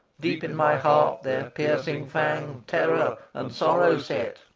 deep in my heart their piercing fang terror and sorrow set,